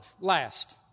last